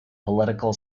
political